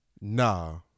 nah